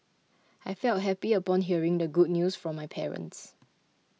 I felt happy upon hearing the good news from my parents